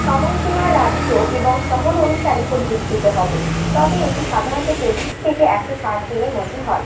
সময়সীমা রাজ্য এবং শহর অনুসারে পরিবর্তিত হবে তবে এটি সাধারণত চল্লিশ থেকে একশো ষাট দিনের মধ্যে হয়